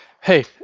Hey